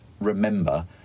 remember